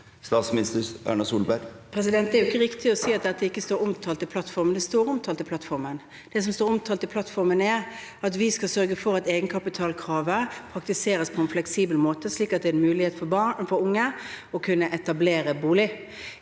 Det er jo ikke riktig å si at dette ikke står omtalt i plattformen. Det står omtalt i plattformen. Det som står omtalt i plattformen, er at vi skal sørge for at egenkapitalkravet praktiseres på en fleksibel måte slik at det er mulig for unge å kunne etablere seg